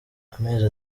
amezi